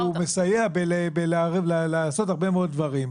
מסייע ועושה הרבה מאוד דברים.